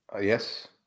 Yes